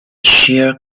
sheer